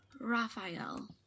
Raphael